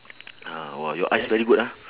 ah !wah! your eyes very good ah